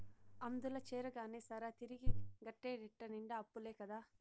అందుల చేరగానే సరా, తిరిగి గట్టేటెట్ట నిండా అప్పులే కదా